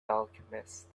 alchemist